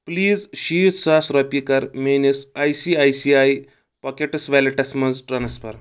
please شیٖتھ ساس رۄپیہِ کر میٲنِس I C I C I Pockets wallets مَنٛز ٹرانسفر